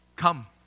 Come